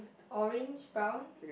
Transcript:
orange brown